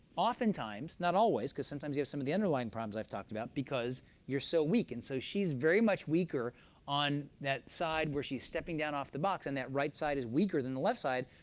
oftentimes, not always, because sometimes you have some of the underlying problems i've talked about, because you're so weak. and so she's very much weaker on that side where she's stepping down off the box, and that right side is weaker than the left side.